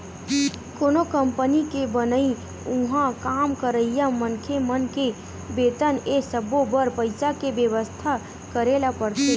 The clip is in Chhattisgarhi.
कोनो कंपनी के बनई, उहाँ काम करइया मनखे मन के बेतन ए सब्बो बर पइसा के बेवस्था करे ल परथे